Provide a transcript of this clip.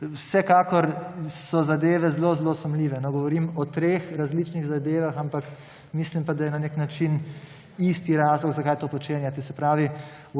Vsekakor so zadeve zelo zelo sumljive. Govorim o treh različnih zadevah, ampak mislim pa, da je na nek način isti razlog, zakaj to počenjate.